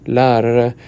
lärare